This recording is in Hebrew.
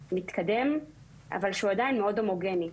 מתקדם אבל שהוא עדיין מאוד הומוגני,